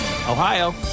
Ohio